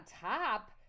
top